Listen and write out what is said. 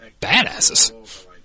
badasses